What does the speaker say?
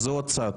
אז זה עוד צד.